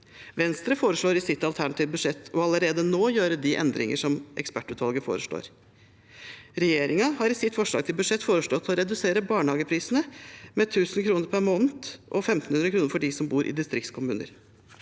Venstre foreslår i sitt alternative budsjett å allerede nå gjøre de endringer som ekspertutvalget foreslår. Regjeringen har i sitt forslag til budsjett foreslått å redusere barnehageprisene med 1 000 kr per måned, og med 1 500 kr for dem som bor i distriktskommuner.